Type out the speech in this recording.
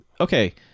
okay